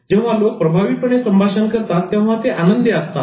जेव्हा लोक प्रभावीपणे संभाषण करतात तेव्हा ते आनंदी असतात